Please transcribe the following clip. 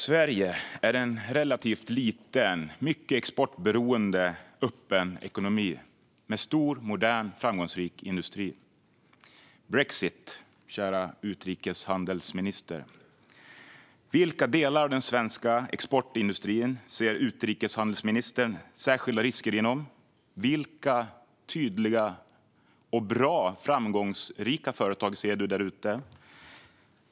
Sverige är en relativt liten och mycket exportberoende öppen ekonomi med stor, modern och framgångsrik industri. Det handlar om brexit, kära utrikeshandelsminister. Vilka delar av den svenska exportindustrin ser utrikeshandelsministern särskilda risker inom? Vilka tydliga och goda exempel på framgångsrika företag ser hon där ute?